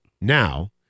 Now